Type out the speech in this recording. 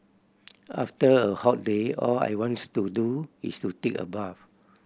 after a hot day all I wants to do is to take a bath